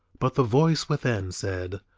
but the voice within said,